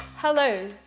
Hello